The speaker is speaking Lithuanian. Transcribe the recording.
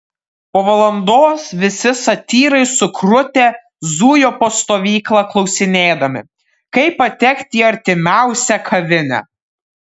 po valandos visi satyrai sukrutę zujo po stovyklą klausinėdami kaip patekti į artimiausią kavinę